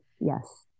yes